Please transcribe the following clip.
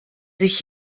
sich